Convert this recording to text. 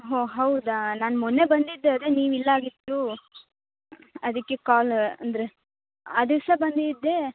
ಹೋ ಹೌದಾ ನಾನು ಮೊನ್ನೆ ಬಂದಿದ್ದೆ ಅದೇ ನೀವು ಇಲ್ಲಾಗಿತ್ತು ಅದಕ್ಕೆ ಕಾಲ್ ಅಂದರೆ ಆ ದಿವಸ ಬಂದಿದ್ದೆ